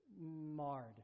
marred